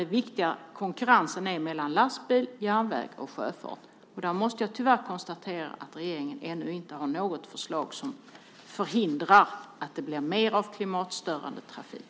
Den viktiga konkurrensen är mellan lastbil, järnväg och sjöfart. Där måste jag tyvärr konstatera att regeringen ännu inte har något förslag som förhindrar att det blir mer av klimatstörande trafik.